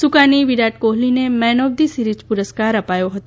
સુકાની વિરાટ કોહલીને man of the series પુરસ્કાર અપાયો હતો